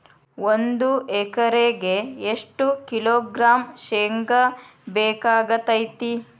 ಒಂದು ಎಕರೆಗೆ ಎಷ್ಟು ಕಿಲೋಗ್ರಾಂ ಶೇಂಗಾ ಬೇಕಾಗತೈತ್ರಿ?